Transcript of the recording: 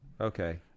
Okay